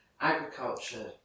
agriculture